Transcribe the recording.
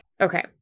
Okay